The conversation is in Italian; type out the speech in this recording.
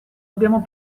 abbiamo